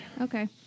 Okay